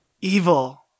Evil